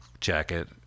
jacket